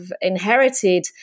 inherited